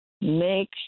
make